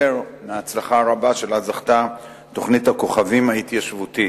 מההצלחה הרבה שלה זכתה תוכנית הכוכבים ההתיישבותית.